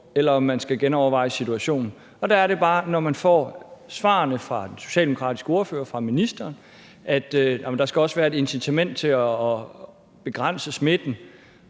eller om man skal genoverveje situationen. Der er det bare, at svarene fra den socialdemokratiske ordfører og fra ministeren er, at der også skal være et incitament til at begrænse smitten.